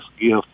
gift